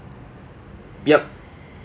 yup